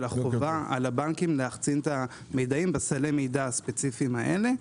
של החובה על הבנקים להחצין את המידעים בסלי המידע הספציפיים האלה.